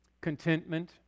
Contentment